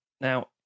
Now